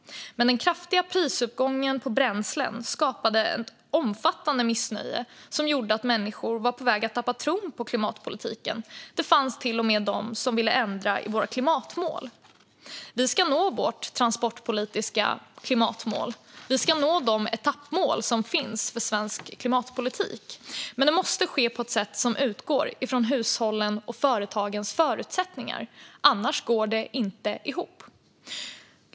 Men den kraftiga prisuppgången på bränslen skapade ett omfattande missnöje som gjorde att människor var på väg att tappa tron på klimatpolitiken. Det fanns till och med de som ville ändra i våra klimatmål. Vi ska nå vårt transportpolitiska klimatmål. Vi ska nå de etappmål som finns för svensk klimatpolitik, men det måste ske på ett sätt som utgår från hushållens och företagens förutsättningar, annars går det inte ihop.